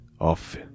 off